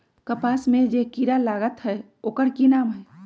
कपास में जे किरा लागत है ओकर कि नाम है?